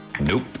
Nope